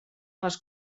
les